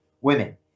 women